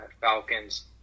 Falcons